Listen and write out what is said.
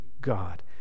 God